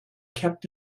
kept